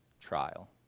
trial